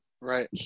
Right